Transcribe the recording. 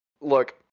look –